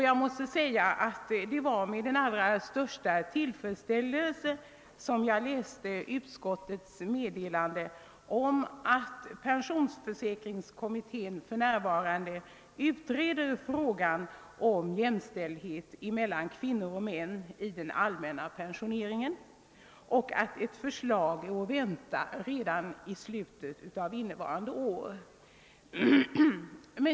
Jag vill säga att det var med allra största tillfredsställelse som jag läste utskottets skrivning om att pensionsförsäkringskommittén för närvarande utreder frågan om jämställdhet mellan kvinnor och män i den allmänna pensioneringen och att ett förslag kan väntas redan i slutet av innevarande år.